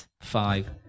five